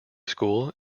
school